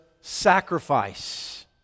sacrifice